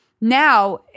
now